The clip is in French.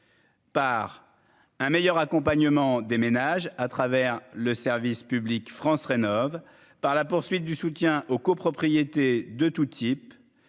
par un meilleur accompagnement des ménages à travers le service public France rénovent par la poursuite du soutien aux copropriétés de tout type,